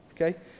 okay